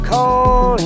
Call